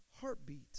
heartbeat